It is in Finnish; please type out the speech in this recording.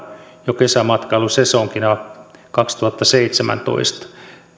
jo kesämatkailusesonkina kaksituhattaseitsemäntoista tämä